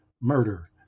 murder